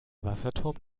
wasserturm